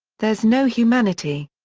there's no humanity.